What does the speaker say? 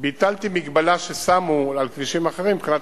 ביטלתי מגבלה ששמו על כבישים אחרים מבחינת